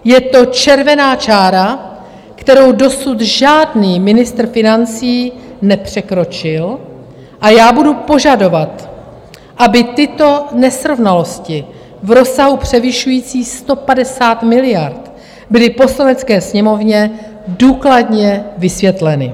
Je to červená čára, kterou dosud žádný ministr financí nepřekročil, a já budu požadovat, aby tyto nesrovnalosti v rozsahu převyšujícím 150 miliard byly Poslanecké sněmovně důkladně vysvětleny.